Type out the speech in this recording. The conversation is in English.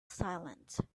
silent